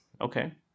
Okay